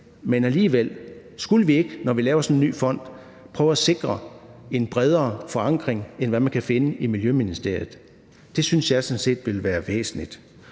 vi alligevel ikke, når vi laver sådan en ny fond, prøve at sikre en bredere forankring, end hvad man kan finde i Miljøministeriet? Det synes jeg sådan set ville være væsentligt.